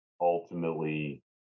ultimately